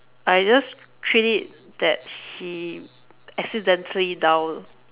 I just treat it that he accidentally dial